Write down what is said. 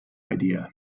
idea